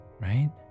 right